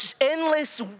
endless